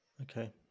Okay